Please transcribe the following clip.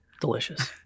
delicious